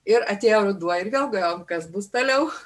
ir atėjo ruduo ir vėl galvojam kas bus toliau